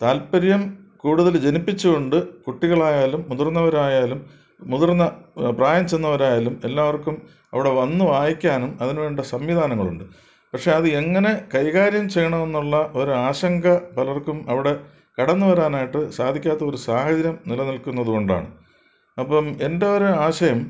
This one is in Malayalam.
താത്പര്യം കൂടുതൽ ജനിപ്പിച്ചു കൊണ്ട് കുട്ടികളായാലും മുതിർന്നവരായാലും മുതിർന്ന പ്രായം ചെന്നവരായാലും എല്ലാവർക്കും അവിടെ വന്നു വായിക്കാനും അതിനുവേണ്ട സംവിധാനങ്ങളുണ്ട് പക്ഷെ അത് എങ്ങനെ കൈകാര്യം ചെയ്യണമെന്നുള്ള ഒരാശങ്ക പലർക്കും അവിടെ കടന്നു വരാനായിട്ട് സാധിക്കാത്ത ഒരു സാഹചര്യം നിലനിൽക്കുന്നത് കൊണ്ടാണ് അപ്പം എൻ്റെ ഒരാശയം